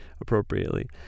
appropriately